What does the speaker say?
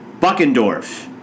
Buckendorf